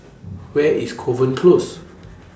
Where IS Kovan Close